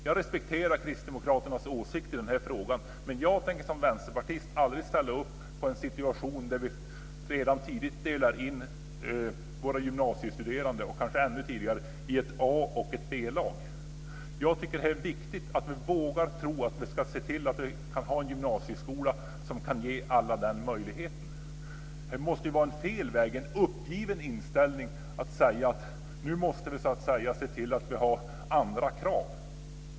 Jag respekterar Kristdemokraternas åsikt i den frågan men jag som vänsterpartist tänker aldrig ställa upp på en situation där vi redan tidigt delar in våra gymnasiestuderande - och kanske ännu tidigare - i ett A och ett B-lag. Det är viktigt att vi vågar tro att vi ska se till att vi har en gymnasieskola som kan ge alla den möjligheten. Det måste vara fel väg, en uppgiven inställning, att säga att vi nu måste se till att det blir andra krav.